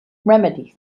remedies